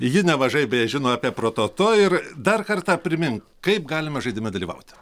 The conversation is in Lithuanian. ji nemažai beje žino apie prototo ir dar kartą primin kaip galime žaidime dalyvaut